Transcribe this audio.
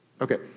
Okay